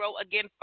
Again